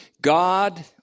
God